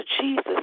Jesus